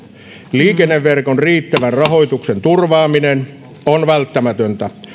liikenneverkon riittävän rahoituksen turvaaminen on välttämätöntä